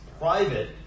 private